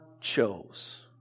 chose